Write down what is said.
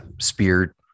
Spear